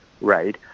right